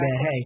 hey